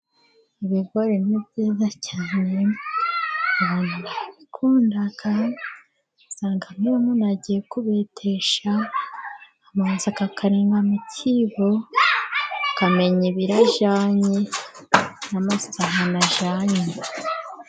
Ibigori ni byiza cyane, abantu barabikunda, usanga nk'iyo umuntu agiye kubetesha, abanza agapima mu kibo, akamenya ibiro ajyanye n'amafaranga ajyanye.